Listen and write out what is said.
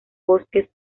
bosques